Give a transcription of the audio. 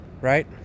right